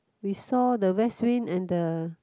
we saw the west wind and the